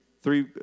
three